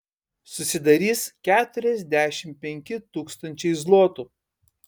susidarys keturiasdešimt penki tūkstančiai zlotų